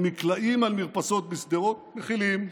במקלעים על מרפסות בשדרות, מכילים.